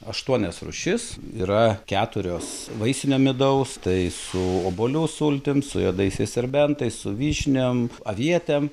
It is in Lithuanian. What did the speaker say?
aštuonias rūšis yra keturios vaisinio midaus tai su obuolių sultim su juodaisiais serbentais su vyšniom avietėm